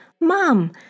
Mom